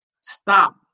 stop